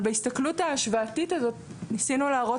בהסתכלות ההשוואתית הזאת ניסינו להראות